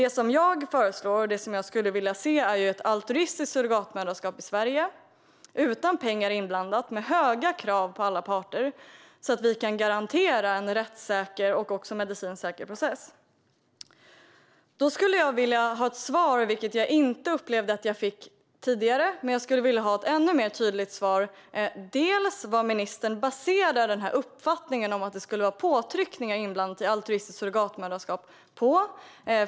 Det som jag föreslår och som jag skulle vilja se är ett altruistiskt surrogatmoderskap i Sverige, utan pengar inblandade och med höga krav på alla parter, så att vi kan garantera en rättssäker och medicinskt säker process. På vad baserar ministern uppfattningen om att påtryckningar skulle vara inblandade i altruistiskt surrogatmoderskap? Jag skulle vilja ha ett svar, vilket jag inte upplevde att jag fick tidigare.